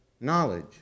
knowledge